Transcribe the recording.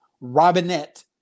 Robinette